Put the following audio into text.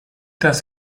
das